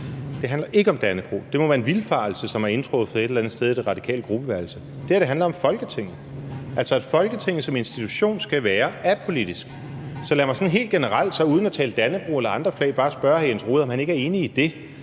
ikke handler om Dannebrog – det må være en vildfarelse, som er opstået et eller andet sted i det radikale gruppeværelse. Det her handler om Folketinget, altså at Folketinget som institution skal være apolitisk. Så lad mig sådan helt generelt uden at tale om Dannebrog eller andre flag bare spørge hr. Jens Rohde, om han ikke er enig i det,